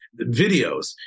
videos